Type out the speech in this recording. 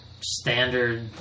standard